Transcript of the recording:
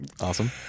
Awesome